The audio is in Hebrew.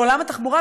בעולם התחבורה.